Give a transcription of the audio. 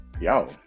yo